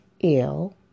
ill